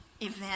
event